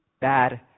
Bad